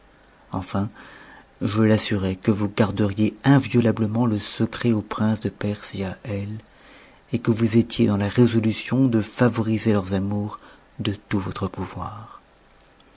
enfin je l'assurai que vous garderiez inviolablement le secret au prince de perse et à elle et que vous étiez dans la résolution de favoriser leurs amours de tout votre pouvoir